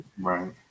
right